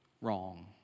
Wrong